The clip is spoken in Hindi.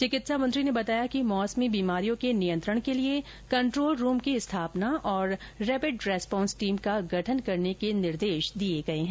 चिकित्सा मंत्री ने बताया कि मौसमी बीमारियों के नियंत्रण के लिए कन्ट्रोल रूम की स्थापना और रेपिड रेस्पोन्स टीम का गठन करने के निर्देश दिए गए हैं